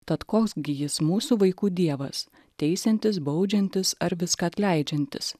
tad koks gi jis mūsų vaikų dievas teisiantis baudžiantis ar viską atleidžiantis